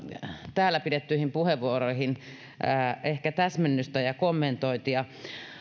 täällä pidettyihin puheenvuoroihin ehkä täsmennystä ja kommentointia